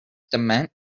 dement